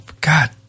God